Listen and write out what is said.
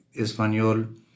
español